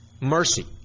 mercy